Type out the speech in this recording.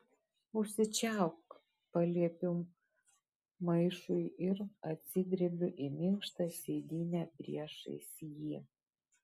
užsičiaupk paliepiu maišui ir atsidrebiu į minkštą sėdynę priešais jį